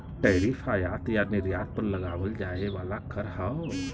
tariff आयात या निर्यात पर लगावल जाये वाला कर हौ